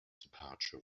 departure